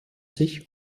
sich